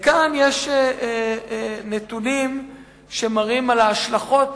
כאן יש נתונים על ההשלכות